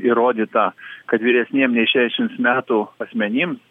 įrodyta kad vyresniem nei šešims metų asmenim